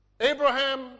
Abraham